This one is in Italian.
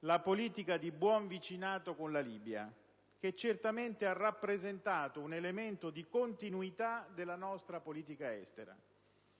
la politica di buon vicinato con la Libia, che certamente ha rappresentato un elemento di continuità della nostra politica estera.